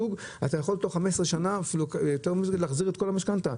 למצב שתוך 15 שנים להחזיר את כל המשכנתא.